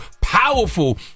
powerful